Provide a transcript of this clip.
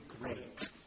great